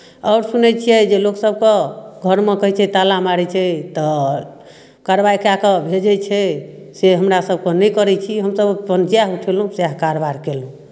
आओर सुनैत छियै जे लोक सभके घरमे कहै छै ताला मारै छै तऽ कारवाइ कए कऽ भेजै छै से हमरा सभके नहि करै छी हमसभ अपन जएह उठेलहुँ सएह कारबार कयलहुँ